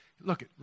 Look